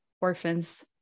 orphans